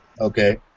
okay